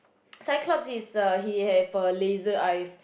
Cyclops is uh he have a laser eyes